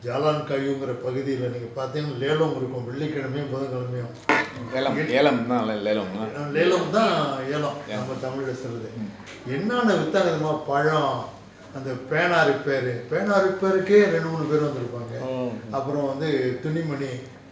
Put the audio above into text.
jalan kayu என்கிற பகுதில நீங்க பார்த்திங்கனா:enkira paguthila neenga paarthingana lelam கொடுக்கும் வெள்ளிக்கிழமயும் புதன்கிழமயும்:kodukkum vellikkilamayum puthankilamayum lelam தான் ஏலம் நம்ம:thaan ealam namma tamil leh சொல்றது என்னான்ன வித்தாங்க தெரியுமா பழம் அந்த பேனா:solrathu ennaanna vithaanga theriyuma palam antha penaa repair று பேனா:ru pena repair ருக்கே ரெண்டு மூணு பேரு வந்து இருப்பாங்க அப்புறம் வந்து துணி மணி:rukke rendu moonu peru vanthu irupaanga appuram vanthu thuni mani